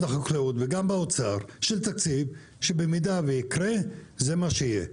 החקלאות וגם באוצר של תקציב שאם זה יקרה זה מה שיהיה.